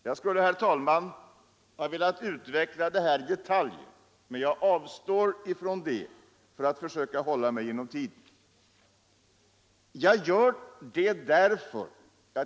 Jag skulle, herr talman, ha velat utveckla det här i detalj, men jag avstår för att försöka hålla mig inom tiden.